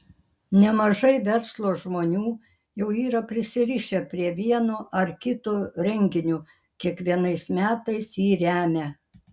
nemažai verslo žmonių jau yra prisirišę prie vieno ar kito renginio kiekvienais metais jį remią